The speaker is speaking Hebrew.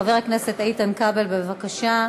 חבר הכנסת איתן כבל, בבקשה,